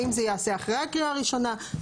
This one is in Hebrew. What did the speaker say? האם זה ייעשה אחרי הקריאה הראשונה?